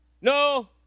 no